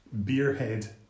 Beerhead